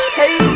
hey